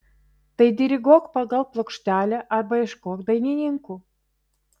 tai diriguok pagal plokštelę arba ieškok dainininkų